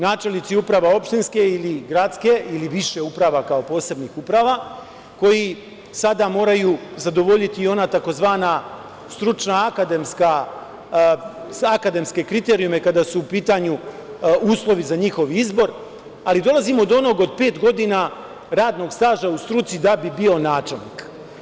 Načelnici uprava opštinske ili gradske, ili više uprava kao posebnih uprava, koji sada moraju zadovoljiti i one tzv. stručne akademske kriterijume, kada su u pitanju uslovi za njihov izbor, ali dolazimo do onog od pet godina radnog staža u struci da bi bio načelnik.